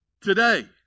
today